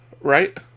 right